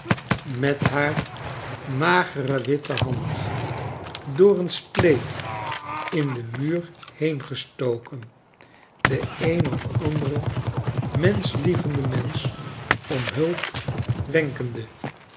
met haar magere witte hand door een spleet in den muur heengestoken den een of anderen menschlievenden mensch om hulp wenkende